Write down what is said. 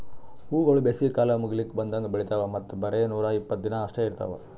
ಹೂವುಗೊಳ್ ಬೇಸಿಗೆ ಕಾಲ ಮುಗಿಲುಕ್ ಬಂದಂಗ್ ಬೆಳಿತಾವ್ ಮತ್ತ ಬರೇ ನೂರಾ ಇಪ್ಪತ್ತು ದಿನ ಅಷ್ಟೆ ಇರ್ತಾವ್